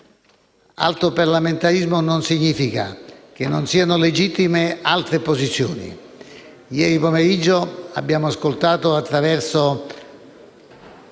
alto parlamentarismo, però, non significa che non siano legittime altre posizioni. Ieri pomeriggio abbiamo ascoltato, attraverso